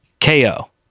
KO